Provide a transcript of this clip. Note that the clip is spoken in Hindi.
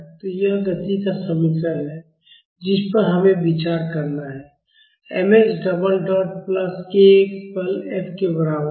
तो यह गति का समीकरण है जिस पर हमें विचार करना है mx double dot plus kx बल F के बराबर है